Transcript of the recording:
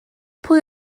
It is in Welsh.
pwy